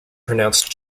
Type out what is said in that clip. pronounced